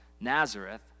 Nazareth